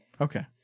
Okay